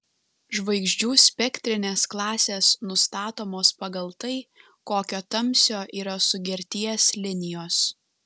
žvaigždžių spektrinės klasės nustatomos pagal tai kokio tamsio yra sugerties linijos